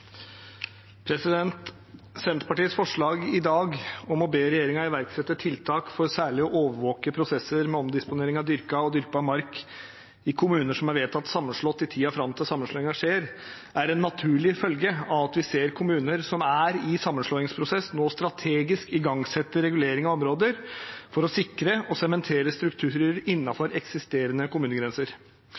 Senterpartiets forslag i dag om å be regjeringen «iverksette tiltak for å særlig overvåke prosesser med omdisponering av dyrka og dyrkbar mark i kommuner som er vedtatt sammenslått i tiden frem til sammenslåingen skjer», er en naturlig følge av at vi ser at kommuner som er i en sammenslåingsprosess, nå strategisk igangsetter regulering av områder for å sikre og sementere strukturer innenfor eksisterende kommunegrenser.